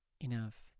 enough